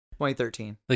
2013